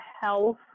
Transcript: health